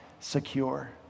secure